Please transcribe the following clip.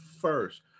first